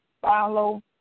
follow